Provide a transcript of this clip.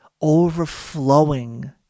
overflowing